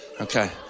Okay